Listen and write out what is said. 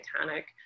Titanic